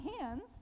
hands